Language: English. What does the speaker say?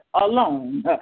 alone